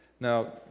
Now